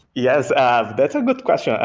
yes, um that's a good question.